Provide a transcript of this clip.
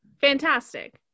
Fantastic